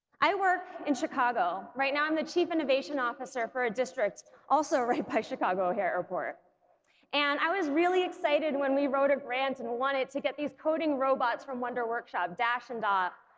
i work in chicago. right now i'm the chief innovation officer for a district right by chicago o'hare airport and i was really excited when we wrote a grant and won it to get these coding robots from wonder workshop dash and dot.